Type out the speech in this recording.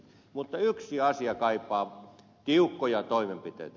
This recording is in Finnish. mutta yksi asia kaipaa tiukkoja toimenpiteitä